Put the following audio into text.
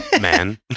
man